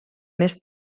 més